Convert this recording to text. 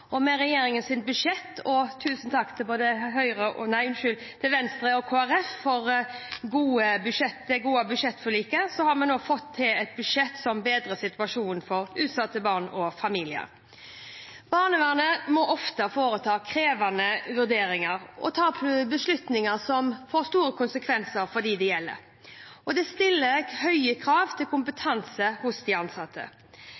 barn. Med regjeringens budsjettforslag og det gode budsjettforliket – tusen takk til Venstre og Kristelig Folkeparti – har vi nå fått til et budsjett som bedrer situasjonen for utsatte barn og familier. Barnevernet må ofte foreta krevende vurderinger og ta beslutninger som får store konsekvenser for dem det gjelder. Det stiller høye krav til